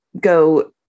go